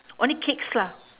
only cakes lah